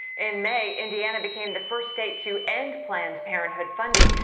in may indiana became the first state to and planned parenthood funding,